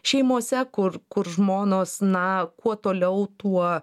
šeimose kur kur žmonos na kuo toliau tuo